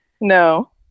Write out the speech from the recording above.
No